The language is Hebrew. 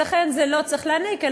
ולכן לא צריך להניק,